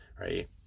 right